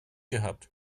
gehabt